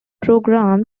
programs